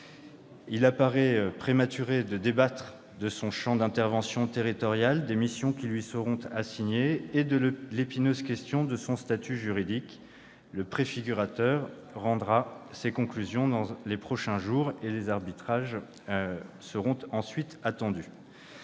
il paraît prématuré de débattre de son champ d'intervention territorial, des missions qui lui seront assignées et de l'épineuse question de son statut juridique. Le préfigurateur rendra ses conclusions dans les prochains jours et les arbitrages seront ensuite attendus.